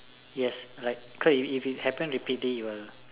yes like cause if happen repeatedly it will